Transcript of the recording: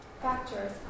factors